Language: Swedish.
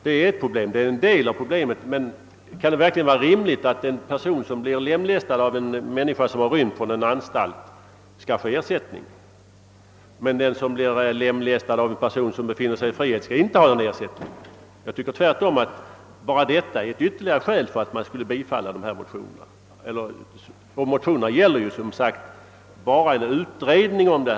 Det är endast en del av problemet. Men kan det verkligen vara rimligt att en person som blir lemlästad av en rymling från en anstalt skall få ersättning, under det att den som blir lemlästad av en person som befinner sig i frihet inte skall få någon ersättning? Jag tycker tvärtom att detta förhållande är ett ytterligare skäl för att kammaren skulle bifalla förevarande motioner om att skapa likformighet.